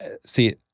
see